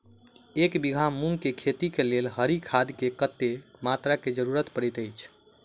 एक बीघा मूंग केँ खेती केँ लेल हरी खाद केँ कत्ते मात्रा केँ जरूरत पड़तै अछि?